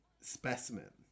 specimen